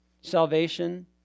salvation